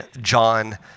John